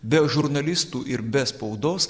be žurnalistų ir be spaudos